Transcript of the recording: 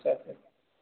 अच्छा सर